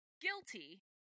guilty